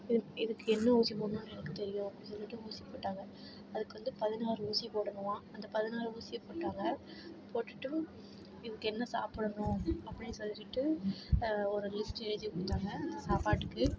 இ இதுக்கு என்ன ஊசி போடணுன்னு எனக்கு தெரியும் அப்படின் சொல்லிட்டு ஊசி போட்டாங்கள் அதுக்கு வந்து பதினாறு ஊசி போடணுமா அந்த பதினாறு ஊசி போட்டாங்கள் போட்டுட்டு இதுக்கு என்ன சாப்பிடணும் அப்படின்னு சொல்லிட்டு ஒரு லிஸ்ட்டு எழுதிக் கொடுத்தாங்க சாப்பாட்டுக்கு